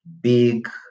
big